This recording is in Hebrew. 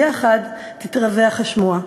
יחד תתרווח השמועה.